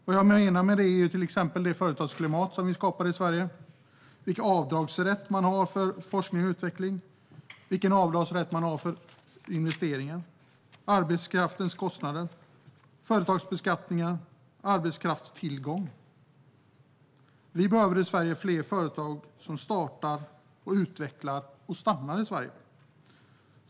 Här menar jag till exempel det företagsklimat vi skapar i Sverige: vilken avdragsrätt man har för forskning och utveckling och för investeringar, arbetskraftskostnader, företagsbeskattning och arbetskraftstillgång. Vi behöver fler företag som startas, utvecklas och stannar i Sverige.